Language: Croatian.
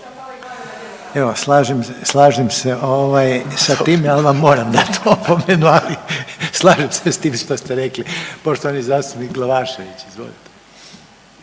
slažem se ovaj sa time, ali vam moram dat opomenu, ali slažem se s tim što ste rekli. Poštovani zastupnik Glavašević, izvolite.